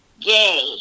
gay